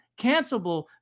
cancelable